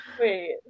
Wait